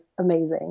amazing